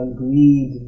greed